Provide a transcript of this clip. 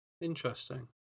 Interesting